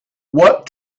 what